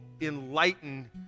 enlighten